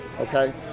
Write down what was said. okay